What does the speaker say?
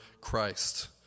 Christ